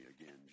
again